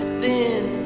thin